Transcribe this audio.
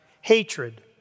hatred